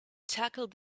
tackled